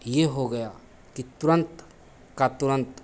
यह हो गया कि तुरंत का तुरंत हम